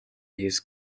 his